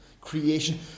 creation